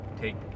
take